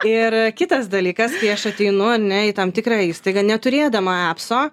ir kitas dalykas kai aš ateinu ar ne į tam tikrą įstaigą neturėdama epso